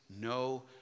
no